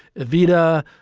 evita,